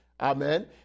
Amen